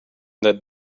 that